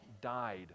died